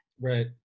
Right